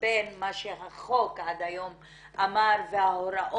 לבין מה שהחוק עד היום אמר וההוראות